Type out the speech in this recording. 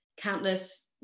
countless